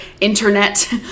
internet